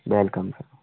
welcome sir